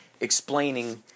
explaining